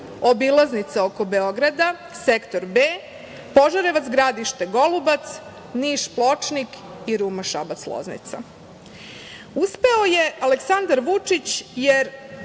obilaznica oko Beograda, Sektor B, Požarevac-Gradište-Golubac, Niš-Pločnik i Ruma-Šabac-Loznica. Uspeo je Aleksandar Vučić, jer